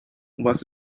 was